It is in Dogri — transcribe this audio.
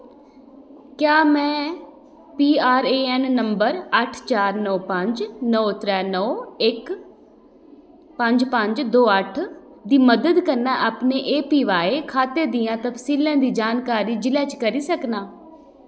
क्या में पीआरएऐन्न नंबर अट्ठ चार नौ पंज नौ त्रै नौ इक पंज पंज दो अट्ठ दी मदद कन्नै अपने एपीवाई खाते दियें तफसीलें दी जां जि'ले च करी सकनां